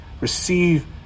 receive